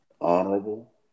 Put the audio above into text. honorable